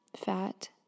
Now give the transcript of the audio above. Fat